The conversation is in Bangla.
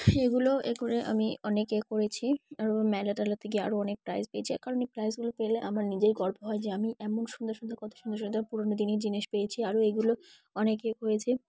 এগুলো এ করে আমি অনেকে এ করেছি আরও মেলা টেলা থেকে আরও অনেক প্রাইজ পেয়েছি কারণ এই প্রাইজগুলো পেলে আমার নিজেই গল্প হয় যে আমি এমন সুন্দর সুন্দর কত সুন্দর সুন্দর পুরনো দিনের জিনিস পেয়েছি আরও এগুলো অনেকে হয়েছে